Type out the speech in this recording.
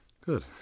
Good